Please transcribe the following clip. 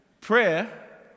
Prayer